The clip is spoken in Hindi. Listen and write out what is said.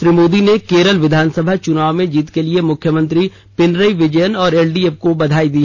श्री मोदी ने केरल विधानसभा चुनाव में जीत के लिए मुख्यमंत्री पिनरई विजयन और एलडीएफ को बधाई दी